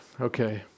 okay